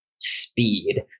speed